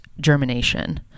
germination